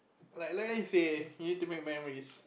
like like you say you need to make memories